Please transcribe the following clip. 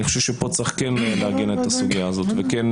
אני חושב שפה כן צריך לעגן את הסוגיה הזאת וכן